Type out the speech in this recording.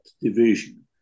division